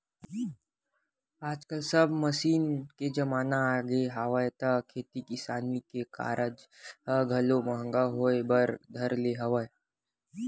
आजकल सब मसीन के जमाना आगे हवय त खेती किसानी के कारज ह घलो महंगा होय बर धर ले हवय